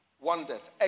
Wonders